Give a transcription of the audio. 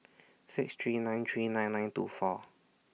six three nine three nine nine two four